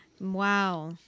Wow